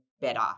better